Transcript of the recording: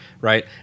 Right